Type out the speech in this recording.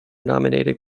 nominated